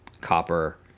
copper